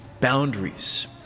boundaries